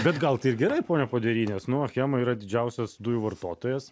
bet gal tai ir gerai pone podery nes nu achema yra didžiausias dujų vartotojas